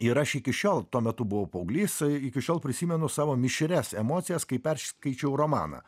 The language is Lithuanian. ir aš iki šiol tuo metu buvau paauglys iki šiol prisimenu savo mišrias emocijas kai perskaičiau romaną